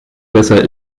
besser